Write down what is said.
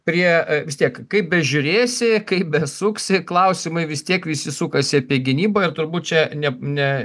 prie e vistiek kaip bežiūrėsi kaip besuksi klausimai vis tiek visi sukasi apie gynybą ir turbūt čia ne ne